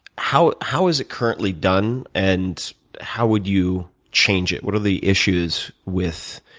how how is it currently done? and how would you change it? what are the issues with